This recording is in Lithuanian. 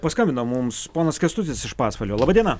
paskambino mums ponas kęstutis iš pasvalio laba diena